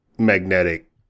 magnetic